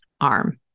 arm